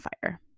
fire